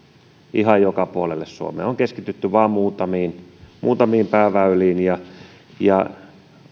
ihan joka puolelle suomea on keskitytty vain muutamiin muutamiin pääväyliin